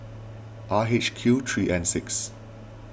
R H Q three N six